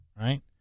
right